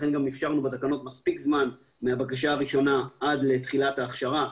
לכן גם אפשרנו בתקנות מספיק זמן מהבקשה הראשונה עד לתחילת ההכשרה,